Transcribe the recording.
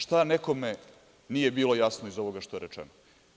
Šta nekome nije bilo jasno iz ovoga što je rečeno?